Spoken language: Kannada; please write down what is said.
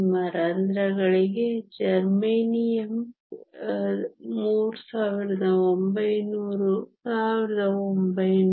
ನಿಮ್ಮ ರಂಧ್ರಗಳಿಗೆ ಜರ್ಮೇನಿಯಮ್ 3900 1900